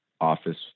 office